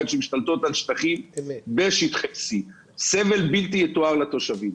שמשתלטות על שטחים בשטחי C. סבל בלתי יתואר לתושבים.